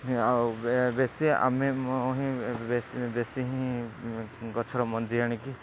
ଆଉ ବେଶୀ ଆମେ ବେଶୀ ହିଁ ଗଛର ମଞ୍ଜି ଆଣିକି